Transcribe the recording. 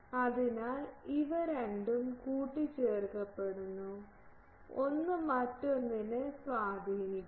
അതിനാൽ ഇവ രണ്ടും കൂട്ടിച്ചേർക്കപ്പെടുന്നു ഒന്ന് മറ്റൊന്നിനെ സ്വാധീനിക്കുന്നു